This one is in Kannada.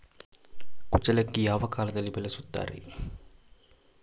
ಕುಚ್ಚಲಕ್ಕಿ ಯಾವ ಕಾಲದಲ್ಲಿ ಬೆಳೆಸುತ್ತಾರೆ?